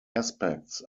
aspects